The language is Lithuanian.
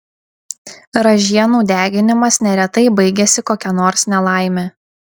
ražienų deginimas neretai baigiasi kokia nors nelaime